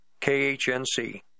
KHNC